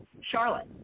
Charlotte